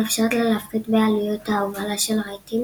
מאפשרת לה להפחית בעלויות ההובלה של הרהיטים